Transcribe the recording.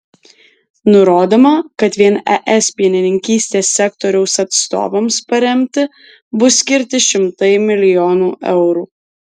nurodoma kad vien es pienininkystės sektoriaus atstovams paremti bus skirti šimtai milijonų eurų